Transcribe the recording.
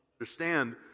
understand